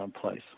place